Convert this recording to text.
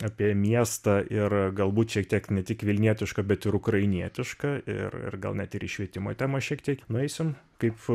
apie miestą ir galbūt šiek tiek ne tik vilnietišką bet ir ukrainietišką ir ir gal net ir į švietimo temą šiek tiek nueisim kaip